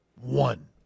one